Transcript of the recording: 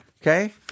Okay